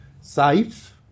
safe